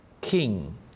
King